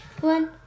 one